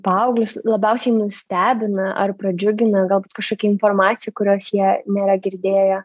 paauglius labiausiai nustebina ar pradžiugina gal kažkokia informacija kurios jie nėra girdėję